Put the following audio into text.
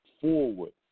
forward